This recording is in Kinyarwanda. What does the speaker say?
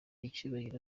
icyubahiro